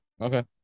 Okay